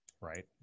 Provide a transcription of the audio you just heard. Right